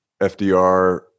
FDR